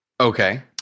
Okay